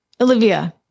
Olivia